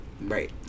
right